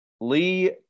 Lee